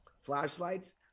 flashlights